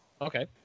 Okay